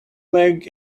leg